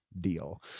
deal